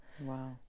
wow